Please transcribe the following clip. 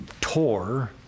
tour